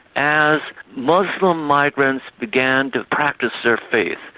as muslim migrants began to practice their faith,